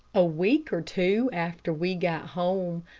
a week or two after we got home,